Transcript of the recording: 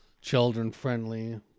children-friendly